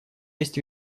есть